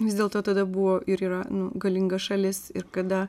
vis dėlto tada buvo ir yra galinga šalis ir kada